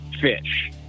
fish